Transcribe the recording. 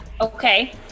Okay